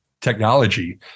technology